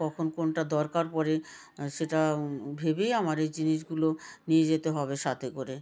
কখন কোনটা দরকার পড়ে সেটা ভেবেই আমার এই জিনিসগুলো নিয়ে যেতে হবে সাথে করে